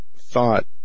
thought